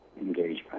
engagement